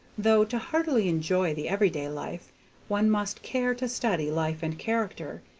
though to heartily enjoy the every-day life one must care to study life and character,